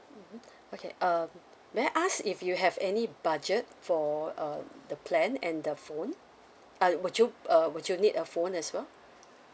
mmhmm okay uh may I ask if you have any budget for uh the plan and the phone uh would you uh would you need a phone as well